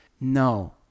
No